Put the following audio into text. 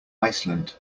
iceland